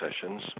sessions